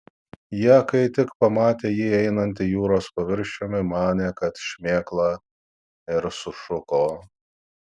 jie kai tik pamatė jį einantį jūros paviršiumi manė kad šmėkla ir sušuko